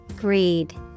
Greed